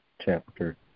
Chapter